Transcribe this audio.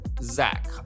Zach